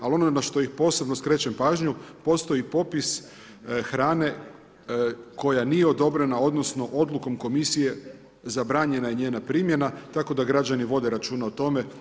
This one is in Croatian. Ali ono na što im posebno skrećem pažnju postoji popis hrane koja nije odobrena odnosno odlukom komisije zabranjena je njena primjena tako da građani vode računa o tome.